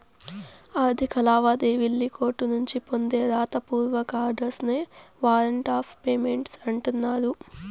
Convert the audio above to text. ఆర్థిక లావాదేవీల్లి కోర్టునుంచి పొందే రాత పూర్వక ఆర్డర్స్ నే వారంట్ ఆఫ్ పేమెంట్ అంటన్నారు